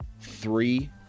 three